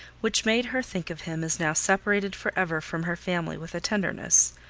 which made her think of him as now separated for ever from her family, with a tenderness,